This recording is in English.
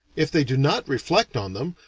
if they do not reflect on them,